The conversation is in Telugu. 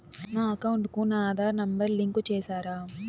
నా అకౌంట్ కు నా ఆధార్ నెంబర్ లింకు చేసారా